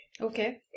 Okay